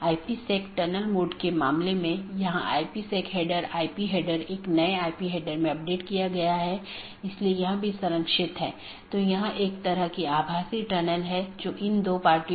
इसलिए अगर हम फिर से इस आंकड़े पर वापस आते हैं तो यह दो BGP स्पीकर या दो राउटर हैं जो इस विशेष ऑटॉनमस सिस्टमों के भीतर राउटरों की संख्या हो सकती है